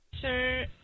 Sir